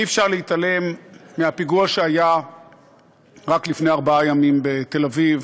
אי-אפשר להתעלם מהפיגוע שהיה רק לפני ארבעה ימים בתל-אביב.